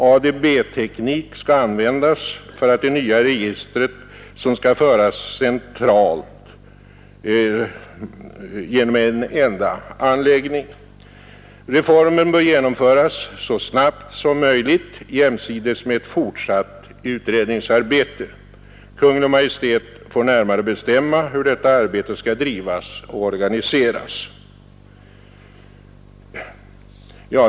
ADB-teknik skall användas för det nya registret, som skall föras centralt genom en enda anläggning. Reformen bör genomföras så snabbt som möjligt jämsides med ett fortsatt utredningsarbete. Kungl. Maj:t får närmare bestämma hur arbetet skall drivas och organiseras.